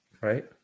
Right